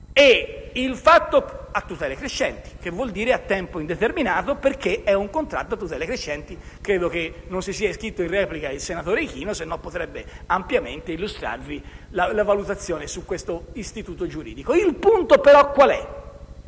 Certo, a tutele crescenti, che significa a tempo indeterminato perché è un contratto a tutele crescenti. Credo che non si sia iscritto in replica il senatore Ichino, altrimenti potrebbe ampiamente illustrarvi la valutazione su questo istituto giuridico. Il punto, però, qual è?